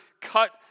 cut